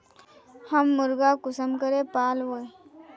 हम मुर्गा कुंसम करे पालव?